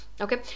Okay